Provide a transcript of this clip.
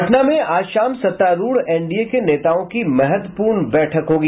पटना में आज शाम सत्तारूढ़ एनडीए के नेताओं की महत्वपूर्ण बैठक होगी